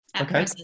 okay